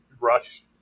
rush